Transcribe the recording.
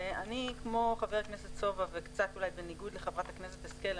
כמו חבר הכנסת סובה וקצת אולי בניגוד לחברת הכנסת השכל,